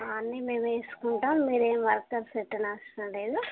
అన్నీ మేమే చూసుకుంటాం మీరేమి వర్కర్స్ పెట్టనవసరం లేదు